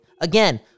Again